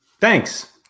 Thanks